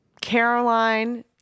Caroline